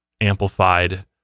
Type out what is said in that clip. amplified